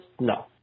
No